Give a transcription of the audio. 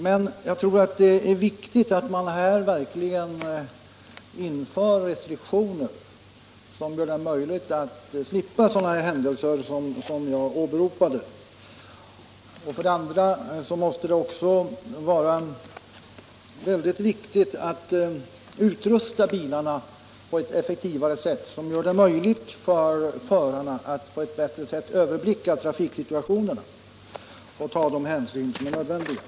Men jag tror att det är viktigt att här införs restriktioner som gör det möjligt att slippa sådana här händelser som jag åberopade. Det måste också vara väldigt viktigt att utrusta bilarna på ett effektivare sätt, som gör det möjligt för förarna att på ett bättre sätt överblicka trafiksituationen och ta de hänsyn som är nödvändiga.